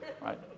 right